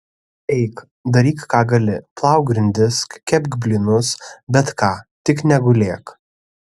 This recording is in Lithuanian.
eik daryk ką gali plauk grindis kepk blynus bet ką tik negulėk